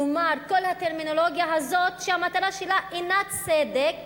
כלומר, כל הטרמינולוגיה הזאת, שהמטרה שלה אינה צדק